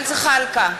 ג'מאל זחאלקה,